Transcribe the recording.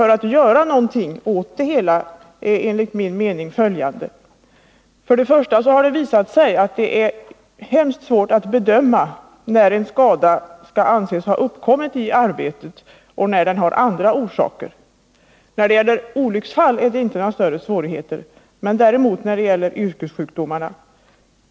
Argumenten för att någonting görs åt det hela är enligt min mening följande: För det första har det visat sig att det är mycket svårt att bedöma om en skada skall anses ha uppkommit i arbetet eller om den har andra orsaker. När det gäller olycksfall är det inte några större svårigheter, däremot när det gäller yrkessjukdomar.